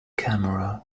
camera